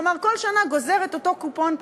כלומר כל שנה גוזר את אותו קופון,